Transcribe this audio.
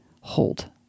Hold